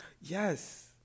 yes